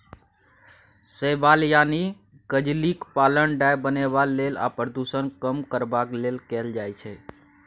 शैबाल यानी कजलीक पालन डाय बनेबा लेल आ प्रदुषण कम करबाक लेल कएल जाइ छै